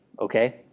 Okay